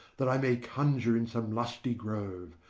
that i may conjure in some lusty grove,